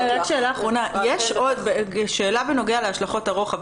שאלה בנוגע להשלכות הרוחב,